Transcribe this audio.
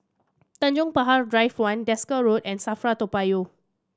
Tanjong Pagar Drive One Desker Road and SAFRA Toa Payoh